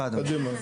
קדימה.